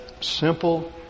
simple